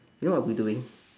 you know what I would be doing